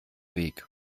weg